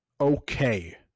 okay